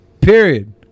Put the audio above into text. Period